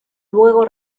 luego